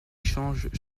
change